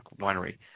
Winery